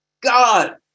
God